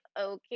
okay